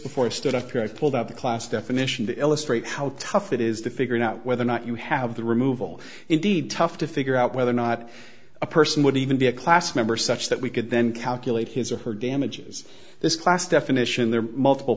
before stood after i pulled out the class definition to illustrate how tough it is to figure out whether or not you have the removal indeed tough to figure out whether or not a person would even be a class member such that we could then calculate his or her damages this class definition there are multiple